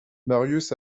marius